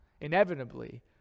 inevitably